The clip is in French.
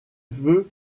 veut